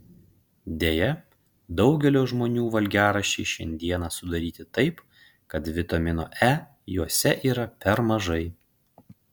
deja daugelio žmonių valgiaraščiai šiandieną sudaryti taip kad vitamino e juose yra per mažai